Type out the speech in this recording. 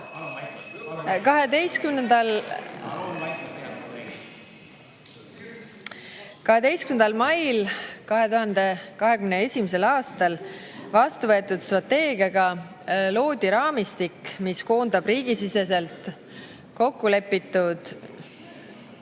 12. mail 2021. aastal vastuvõetud strateegiaga loodi raamistik, mis koondab riigisiseselt kokkulepitud